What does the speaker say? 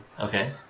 Okay